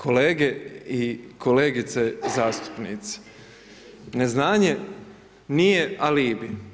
Kolege i kolegice zastupnici, neznanje nije alibi.